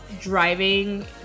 driving